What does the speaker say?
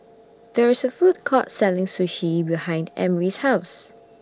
There IS A Food Court Selling Sushi behind Emry's House